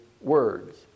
words